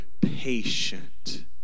patient